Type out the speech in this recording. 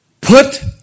put